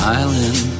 island